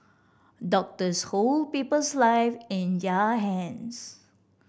doctors hold people's live in their hands